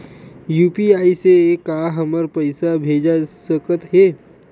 UPI से का हमर पईसा भेजा सकत हे?